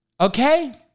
Okay